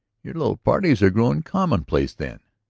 your little parties are growing commonplace then!